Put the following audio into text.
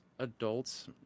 adults